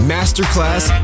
Masterclass